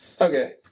Okay